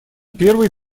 первой